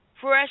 fresh